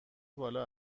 بالا